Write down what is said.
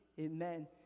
amen